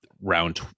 round